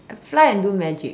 fly and do magic